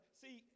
see